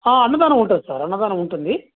అన్నదానం ఉంటుంది సార్ అన్నదానం ఉంటుంది